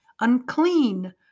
unclean